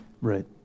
Right